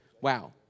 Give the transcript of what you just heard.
Wow